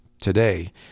today